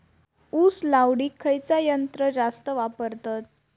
ऊस लावडीक खयचा यंत्र जास्त वापरतत?